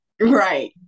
Right